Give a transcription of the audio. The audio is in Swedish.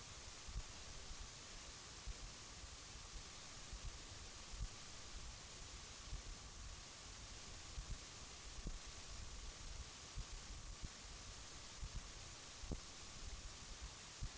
Jag har inte heller haft den uppfattningen att riksdagens ledamöter på något sätt skulle vara diskvalificerade när det gäller att redan på ett förberedelsestadium tillkännage sin mening i frågor som avses bli föremål för lagstiftning.